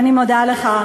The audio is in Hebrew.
אני מודה לך.